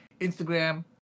Instagram